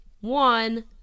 one